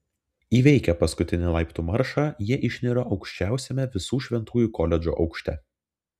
įveikę paskutinį laiptų maršą jie išniro aukščiausiame visų šventųjų koledžo aukšte